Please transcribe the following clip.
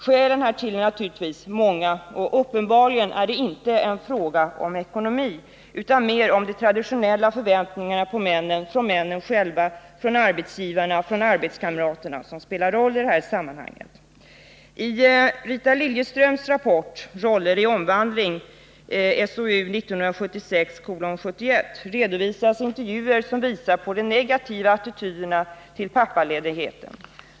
Skälen härtill är naturligtvis många. Uppenbarligen är det inte en fråga om ekonomi utan mer om de traditionella förväntningarna på männen från männen själva, från arbetsgivarna, från arbetskamraterna som spelar roll i detta sammanhang. I Rita Liljeströms rapport Roller i omvandling, SOU 1976:71, redovisas intervjuer som visar på de negativa attityderna till pappaledigheten.